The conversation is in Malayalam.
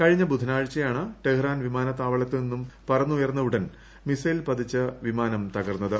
കഴിഞ്ഞ ബുധനാഴ്ചയാണ് ടെഹ്റാൻ വിമാനുത്ത്മുവളത്തിൽ നിന്നും പറന്നുയർന്ന ഉടൻ മിസൈൽ പതിച്ച് വിമാണ്ടു തുകർന്നത്